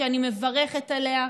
אני מברכת עליה,